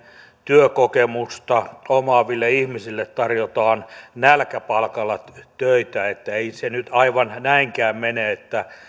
työkokemusta omaaville ihmisille tarjotaan nälkäpalkalla töitä ei se nyt aivan näinkään mene